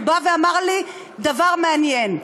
והוא בא ואמר לי דבר מעניין: